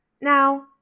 Now